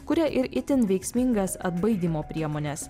kuria ir itin veiksmingas atbaidymo priemones